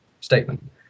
statement